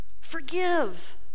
forgive